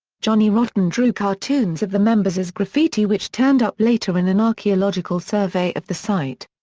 johnny rotten drew cartoons of the members as graffiti which turned up later in an archaeological survey of the site.